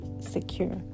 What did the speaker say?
secure